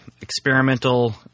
experimental